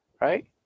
Right